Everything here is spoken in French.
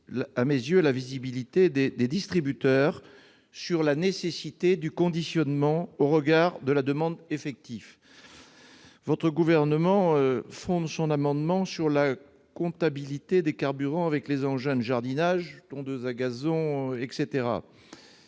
selon moi la visibilité des distributeurs sur la nécessité du conditionnement au regard de la demande effective. Le Gouvernement fonde son argumentation sur la compatibilité des carburants avec les engins de jardinage, comme les tondeuses